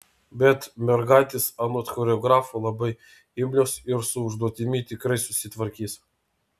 bet mergaitės anot choreografo labai imlios ir su užduotimi tikrai susitvarkys